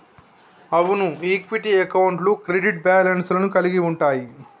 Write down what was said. అవును ఈక్విటీ అకౌంట్లు credit balance లను కలిగి ఉంటయ్యి